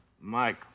Mike